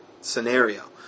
scenario